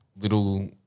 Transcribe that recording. little